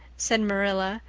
said marilla,